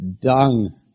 dung